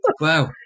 Wow